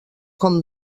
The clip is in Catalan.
com